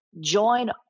Join